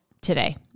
today